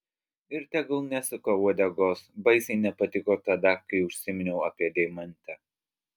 ir tegul nesuka uodegos baisiai nepatiko tada kai užsiminiau apie deimantę